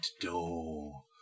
Door